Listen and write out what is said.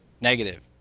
Negative